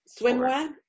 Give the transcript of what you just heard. swimwear